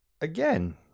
again